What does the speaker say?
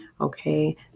okay